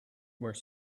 were